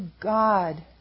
God